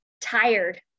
tired